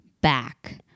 back